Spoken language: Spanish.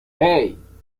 hey